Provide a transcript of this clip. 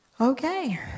Okay